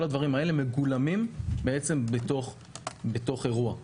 כל הדברים האלה מגולמים בעצם בתוך אירוע.